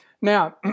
Now